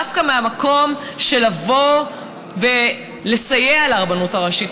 דווקא מהמקום של לבוא לסייע לרבנות הראשית.